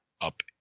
up